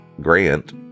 Grant